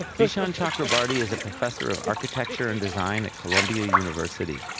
vishaan chakrabarti is a professor of architecture and design at columbia university.